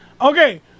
Okay